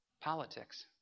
Politics